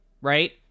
right